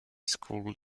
school